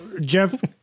Jeff